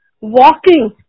walking